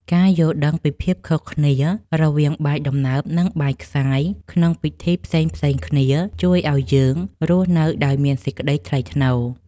ការយល់ដឹងពីភាពខុសគ្នារវាងបាយដំណើប និងបាយខ្សាយក្នុងពិធីផ្សេងៗគ្នាជួយឱ្យយើងរស់នៅដោយមានសេចក្តីថ្លៃថ្នូរ។